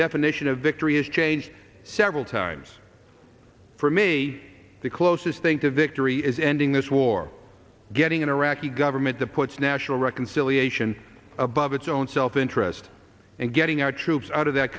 definition of victory has changed several times for me the closest thing to victory is ending this war getting an iraqi government that puts national reconciliation above its own self interest and getting our troops out of that